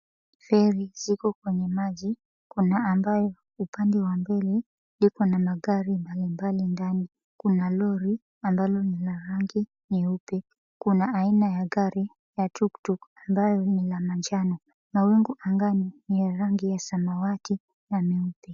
Feri ziko kwenye maji kuna ambayo upande wa mbele liko na magari aina mbali mbali ndani kuna lori ambalo lina rangi nyeupe. Kuna aina ya gari ya tuktuk ambayo ni la manjano. Mawingu angani ni ya rangi ya samawati na meupe.